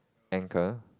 anchor